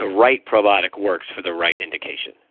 ah right probiotic works for the right indication.